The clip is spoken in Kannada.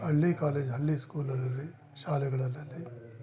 ಹಳ್ಳಿ ಕಾಲೇಜ್ ಹಳ್ಳಿ ಸ್ಕೂಲಲ್ಲಿ ಶಾಲೆಗಳಲ್ಲಿ